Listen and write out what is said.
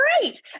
great